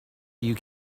you